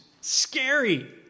Scary